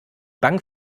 bank